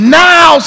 now